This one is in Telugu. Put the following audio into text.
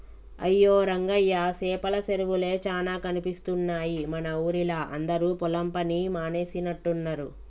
అయ్యో రంగయ్య సేపల సెరువులే చానా కనిపిస్తున్నాయి మన ఊరిలా అందరు పొలం పని మానేసినట్టున్నరు